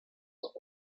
suits